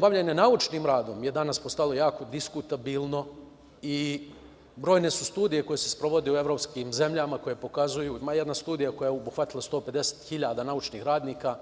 bavljenje naučnim radom je danas postalo jako diskutabilno i brojne su studije koje se sprovode u evropskim zemljama koje pokazuju, ima jedna studija koja je obuhvatila 150 hiljada naučnih radnika